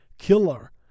Killer